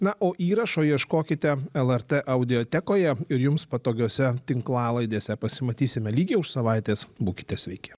na o įrašo ieškokite lrt audiotekoje ir jums patogiose tinklalaidėse pasimatysime lygiai už savaitės būkite sveiki